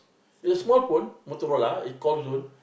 it is small phone Motorola is call zone